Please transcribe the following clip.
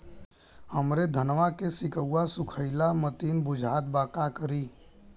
हमरे धनवा के सीक्कउआ सुखइला मतीन बुझात बा का करीं?